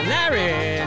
Larry